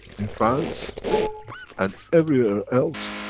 in france and everywhere else,